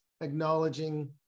acknowledging